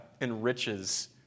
enriches